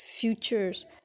futures